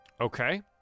Okay